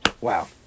wow